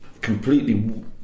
completely